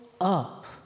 up